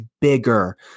bigger